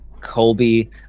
Colby